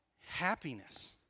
happiness